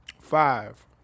five